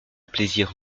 plaisir